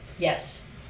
Yes